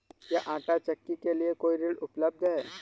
क्या आंटा चक्की के लिए कोई ऋण उपलब्ध है?